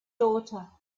daughter